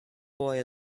boy